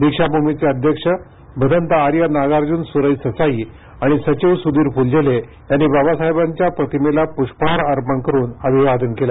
दीक्षाभूमीचे अध्यक्ष भदंत आर्य नागार्जुन सुरई ससाई आणि सचिव सुधीर फूलझेले यांनी बाबासाहेबांच्या प्रतिमेला पुष्पहार अर्पण करून अभिवादन केलं